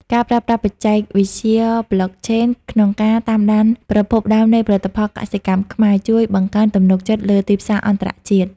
ការប្រើប្រាស់បច្ចេកវិទ្យា Blockchain ក្នុងការតាមដានប្រភពដើមនៃផលិតផលកសិកម្មខ្មែរ ជួយបង្កើនទំនុកចិត្តលើទីផ្សារអន្តរជាតិ។